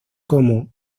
como